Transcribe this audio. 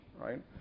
right